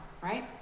right